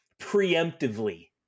preemptively